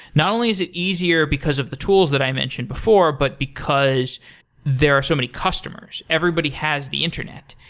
not only is it easier because of the tools that i mentioned before, but because there are so many customers. everybody has the internet.